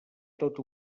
tot